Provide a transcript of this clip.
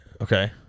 Okay